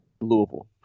Louisville